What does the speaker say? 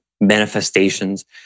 manifestations